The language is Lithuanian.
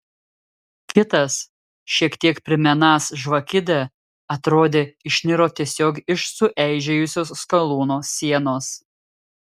kitas šiek tiek primenąs žvakidę atrodė išniro tiesiog iš sueižėjusios skalūno sienos